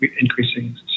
increasing